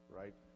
right